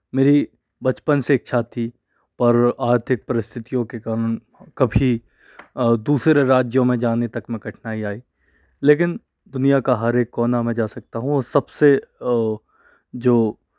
मेरी बचपन से इच्छा थी पर आर्थिक परिस्थितियों के कारण कभी दूसरे राज्यों में जाने तक में घटना ही आई लेकिन दुनिया का हर एक कोना मैं जा सकता हूँ और सबसे जो